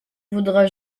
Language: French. vaudra